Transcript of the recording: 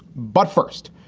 but first,